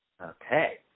Okay